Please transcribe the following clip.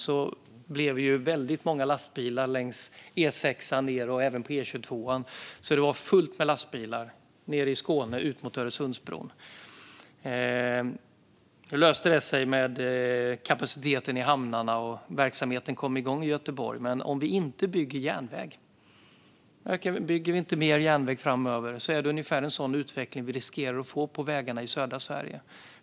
Då blev det väldigt många lastbilar längs E6:an och även längs E22:an. Det var fullt med lastbilar nere i Skåne och ut mot Öresundsbron. Nu löste det sig med kapaciteten i hamnarna, och verksamheten kom igång i Göteborg, men om vi inte bygger mer järnväg framöver är det ungefär en sådan utveckling vi riskerar att få på vägarna i södra Sverige.